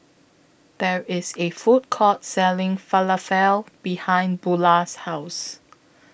There IS A Food Court Selling Falafel behind Bulah's House